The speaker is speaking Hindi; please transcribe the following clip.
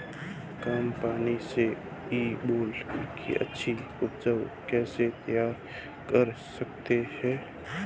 कम पानी से इसबगोल की अच्छी ऊपज कैसे तैयार कर सकते हैं?